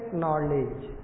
knowledge